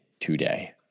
today